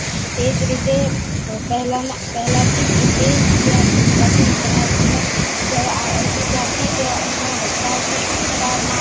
તે જ રીતે પહેલાથી જ ઈ તે ત્યારથી શિવાજી મહારાજનો જ્યારે આ હતું ત્યારથી જ અહીંયા વલસાડની વલસાડમાં